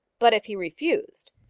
but if he refused?